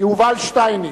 יובל שטייניץ,